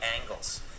angles